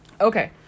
Okay